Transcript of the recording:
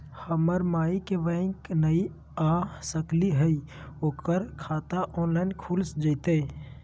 हमर माई बैंक नई आ सकली हई, ओकर खाता ऑनलाइन खुल जयतई?